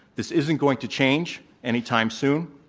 this isn't going to change any time soon.